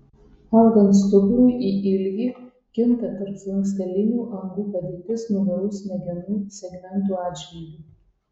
augant stuburui į ilgį kinta tarpslankstelinių angų padėtis nugaros smegenų segmentų atžvilgiu